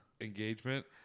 engagement